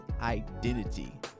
identity